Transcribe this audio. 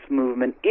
movement